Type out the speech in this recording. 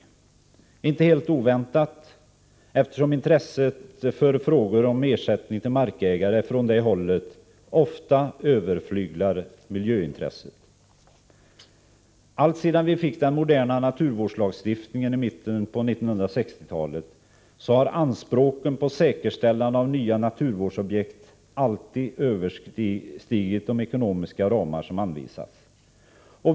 Detta sker inte helt oväntat, eftersom intresset från det hållet för frågor om ersättning till markägare ofta överflyglar miljöintresset. Alltsedan vi fick den moderna naturvårdslagstiftningen i mitten av 1960-talet har anspråken på säkerställande av nya naturvårdsobjekt alltid överstigit de ekonomiska ramar som anvisats.